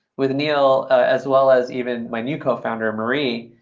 with neil as well as even my new cofounder, marie,